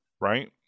right